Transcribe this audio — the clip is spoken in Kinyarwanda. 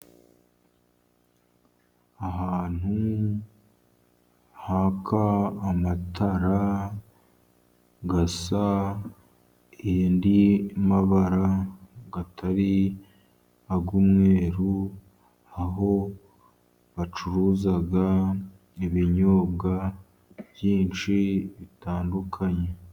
Ahantu haka amatara asa n andi mabara atari ayu umweru, aho bacuruza ibinyobwa byinshi bitandukanye.